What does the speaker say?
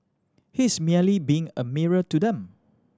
he's merely being a mirror to them